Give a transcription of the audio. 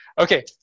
Okay